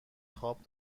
خواب